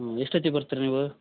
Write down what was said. ಹ್ಞೂ ಎಷ್ಟೊತ್ತಿಗೆ ಬರ್ತಿರ ನೀವು